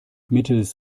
mittels